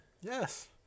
Yes